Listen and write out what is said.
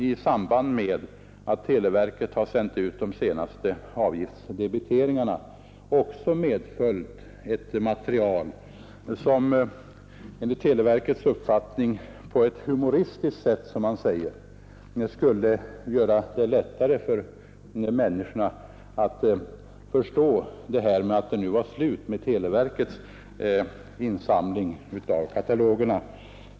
I samband med att televerket har sänt ut de senaste avgiftsdebiteringarna har man också skickat med ett material som enligt televerkets uppfattning på ett, som man säger, humoristiskt sätt skulle göra det lättare för människorna att förstå att det nu är slut med televerkets insamling av katalogerna.